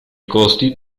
costi